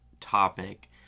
topic